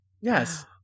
Yes